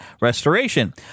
restoration